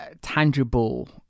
tangible